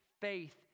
faith